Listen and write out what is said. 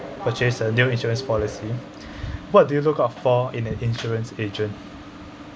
purchase a new insurance policy what do you look out for in an insurance agent